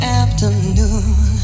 afternoon